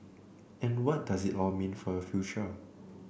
and what does it all mean for your future